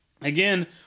again